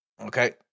Okay